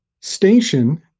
station